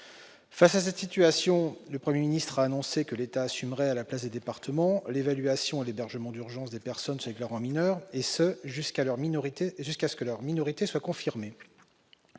Face à cette situation, le Premier ministre a annoncé que l'État assumerait, à la place des départements, l'évaluation et l'hébergement d'urgence des personnes se déclarant mineures, et ce jusqu'à ce que leur minorité soit confirmée.